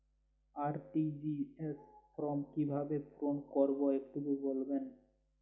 RTGS form কিভাবে পূরণ করবো একটু বলবেন?